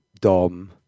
Dom